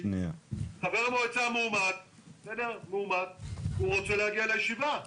חבר המועצה המאומת רוצה להגיע לישיבה.